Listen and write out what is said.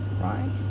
Right